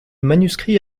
manuscrit